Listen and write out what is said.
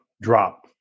drop